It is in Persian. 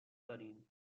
داریم